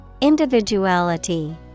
individuality